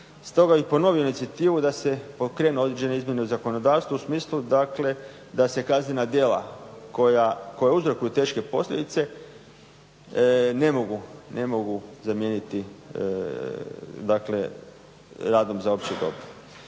Stoga bih ponovio inicijativu da se pokrenu određene izmjene u zakonodavstvu u smislu da se kaznena djela koja uzrokuju teške posljedice ne mogu zamijeniti radom za opće dobro.